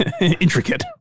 intricate